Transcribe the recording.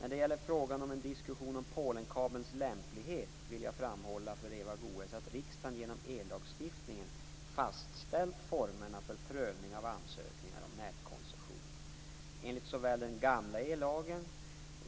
När det gäller frågan om en diskussion om Polenkabelns lämplighet vill jag framhålla för Eva Goës att riksdagen genom ellagstiftningen fastställt formerna för prövning av ansökningar om nätkoncessionen. Enligt såväl den gamla ellagen , innefattande vissa bestämmelser om elektriska